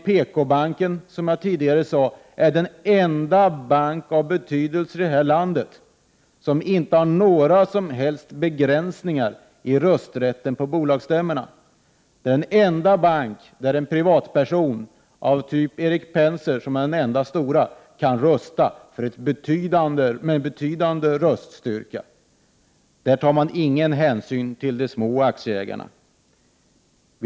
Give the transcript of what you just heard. PKbanken är, som jag tidigare sade, den enda bank av betydelse i vårt land som inte har några begränsningar i rösträtten på bolagsstämmorna. Det är den enda bank där en privatperson som Erik Penser, som den ende store ägaren, kan rösta med en betydande röststyrka. Där tar man ingen hänsyn till de små aktieägarna.